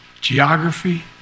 geography